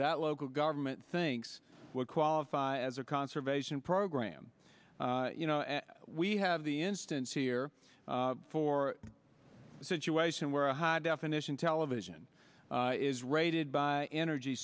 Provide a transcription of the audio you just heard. that local government thinks would qualify as a conservation program you know we have the instance here for a situation where a high definition television is rated by energy